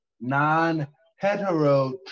non-hetero